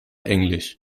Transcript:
englisch